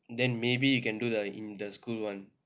then maybe you can do the in the school [one]